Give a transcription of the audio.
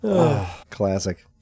Classic